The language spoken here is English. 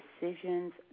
decisions